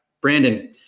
Brandon